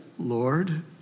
Lord